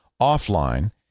offline